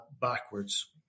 backwards